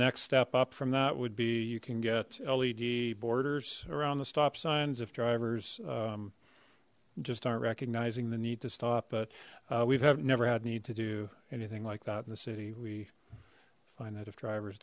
next step up from that would be you can get led borders around the stop signs if drivers just aren't recognizing the need to stop but we've never had need to do anything like that in the city we find that if drivers